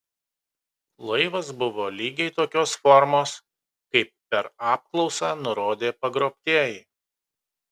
laivas buvo lygiai tokios formos kaip per apklausą nurodė pagrobtieji